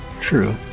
True